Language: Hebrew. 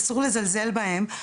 אסור לזלזל בהם,